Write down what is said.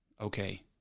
Okay